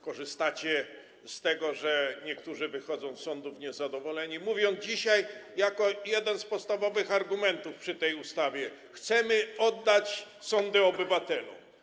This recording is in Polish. Korzystacie z tego, że niektórzy wychodzą z sądów niezadowoleni, i podajecie dzisiaj jako jeden z podstawowych argumentów przy tej ustawie, że chcecie oddać sądy obywatelom.